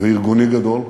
וארגוני גדול.